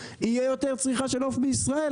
תהיה יותר צריכה של עוף בישראל,